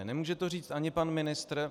Nemůže to říct ani pan ministr.